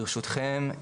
ברשותכם,